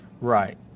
Right